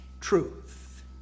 truth